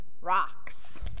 Rocks